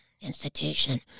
institution